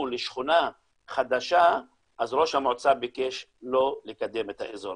לשכונה חדשה אז ראש המועצה ביקש לא לקדם את האזור.